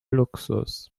luxus